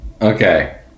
Okay